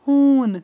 ہوٗن